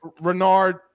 Renard